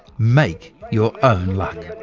make your own luck.